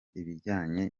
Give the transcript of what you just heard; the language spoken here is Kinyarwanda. ibijyanye